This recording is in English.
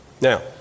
Now